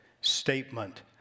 statement